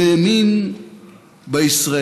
הוא האמין בישראליות.